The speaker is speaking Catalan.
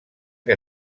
que